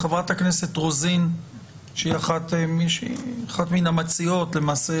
חברת הכנסת רוזין היא אחת המציעות ולמעשה